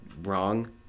wrong